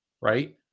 right